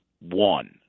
one